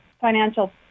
financial